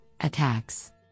attacks